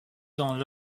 dans